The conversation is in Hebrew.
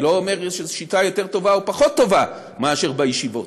אני לא אומר שזו שיטה יותר טובה או פחות טובה מאשר בישיבות,